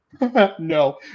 no